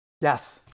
Yes